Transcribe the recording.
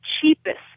cheapest